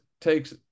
takes